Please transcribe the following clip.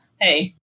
hey